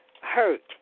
hurt